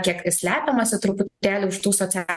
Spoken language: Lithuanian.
kiek slepiamasi truputėlį už tų socia